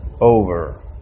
over